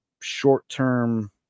short-term